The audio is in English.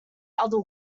other